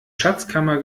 schatzkammer